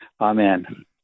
Amen